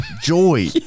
joy